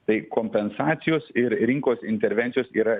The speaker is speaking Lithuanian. tai kompensacijos ir rinkos intervencijos yra